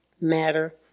matter